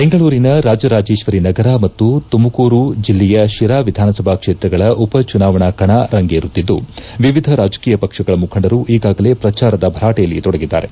ಬೆಂಗಳೂರಿನ ರಾಜರಾಜೇಶ್ವರಿ ನಗರ ಮತ್ತು ತುಮಕೂರು ಜಿಲ್ಲೆಯ ಶಿರಾ ವಿಧಾನಸಭಾ ಕ್ಷೇತ್ರಗಳ ಉಪಚುನಾವಣಾ ಕಣ ರಂಗೇರುತ್ತಿದ್ದು ವಿವಿಧ ರಾಜಕೀಯ ಪಕ್ಷಗಳ ಮುಖಂಡರು ಈಗಾಗಲೇ ಪ್ರಚಾರದ ಭರಾಟೆಯಲ್ಲಿ ತೊಡಗಿದ್ದಾರೆ